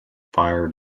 fired